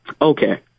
Okay